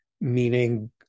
meaning